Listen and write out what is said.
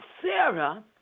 Sarah